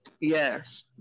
yes